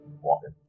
walking